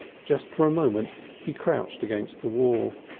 just for a moment he crouched against the wall.